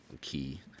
key